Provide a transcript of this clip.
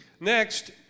next